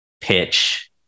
pitch